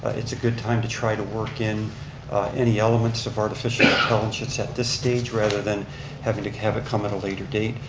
ah it's a good time to try to work in any elements of artificial intelligence at this stage, rather than having to have it come at a later date.